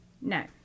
No